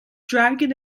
dragon